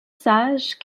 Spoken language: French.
sage